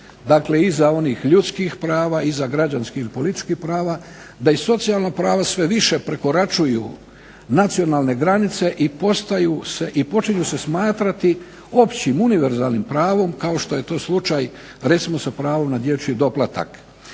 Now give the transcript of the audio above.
dakle iza onih ljudskih prava, iza građanskih i političkih prava, da i socijalna prava sve više prekoračuju nacionalne granice i počinju se smatrati općim, univerzalnim pravom kao što je to slučaj recimo sa pravom na dječji doplatak.